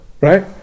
right